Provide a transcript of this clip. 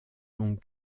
longue